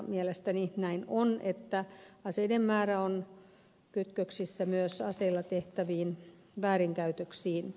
mielestäni näin on että aseiden määrä on kytköksissä myös aseella tehtäviin väärinkäytöksiin